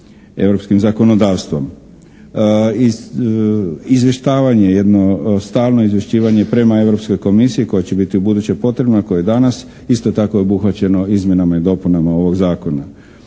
europskim zakonodavstvom. Izvještavanje, jedno stalno izvješćivanje prema Europskoj komisiji koje će biti ubuduće potrebno a koje je danas, isto tako je obuhvaćeno izmjenama i dopunama ovog zakona.